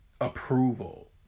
approval